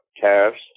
tariffs